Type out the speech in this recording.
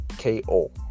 KO